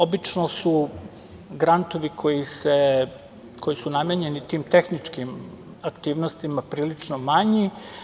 Obično su grantovi koji su namenjeni tim tehničkim aktivnostima prilično manji.